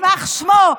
יימח שמו וזכרו,